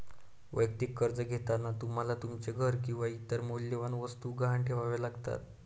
वैयक्तिक कर्ज घेताना तुम्हाला तुमचे घर किंवा इतर मौल्यवान वस्तू गहाण ठेवाव्या लागतात